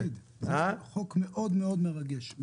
אבל זה חוק מאוד מרגש.